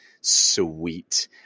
Sweet